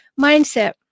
mindset